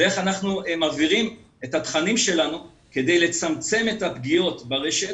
ואיך אנחנו מבהירים את התכנים שלנו כדי לצמצם את הפגיעות ברשת